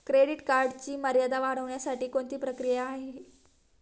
Credit कार्डची मर्यादा वाढवण्यासाठी कोणती प्रक्रिया आहे?